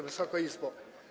Wysoka Izbo!